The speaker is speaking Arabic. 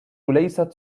ليست